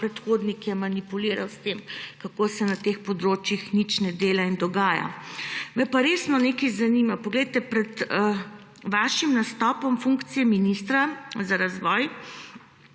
predhodnik je manipuliral ravno s tem, kako se na teh področjih nič ne dela in dogaja. Me pa resno nekaj zanima. Poglejte, pred vašim nastopom funkcije ministra za razvoj